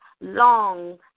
long